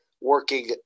working